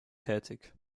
tätig